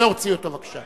להוציא אותו בבקשה.